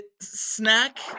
snack